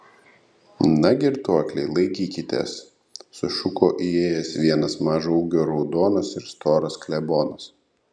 na girtuokliai laikykitės sušuko įėjęs vienas mažo ūgio raudonas ir storas klebonas